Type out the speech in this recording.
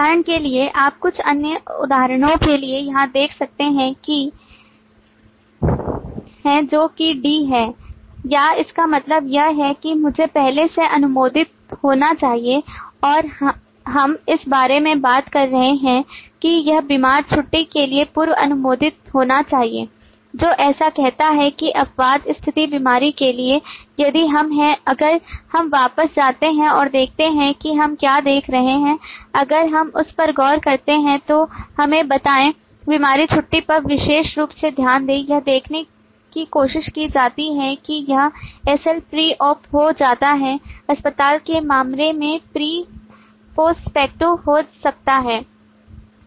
उदाहरण के लिए आप कुछ अन्य उदाहरणों के लिए यहां देख सकते हैं जो कि d है या इसका मतलब यह है कि मुझे पहले से अनुमोदित होना चाहिए और हम इस बारे में बात कर रहे हैं कि यह बीमार छुट्टी के लिए पूर्व अनुमोदित होना चाहिए जो ऐसा कहता है कि अपवाद स्थिति बीमारी के लिए यदि हम हैं अगर हम वापस जाते हैं और देखते हैं कि हम क्या देख रहे हैं अगर हम उस पर गौर करते हैं तो हमें बताएं बीमार छुट्टी पर विशेष रूप से ध्यान दें यह देखने की कोशिश की जाती है कि यह SL pre op हो सकता है आपातकाल के मामले में pre postfacto हो सकता है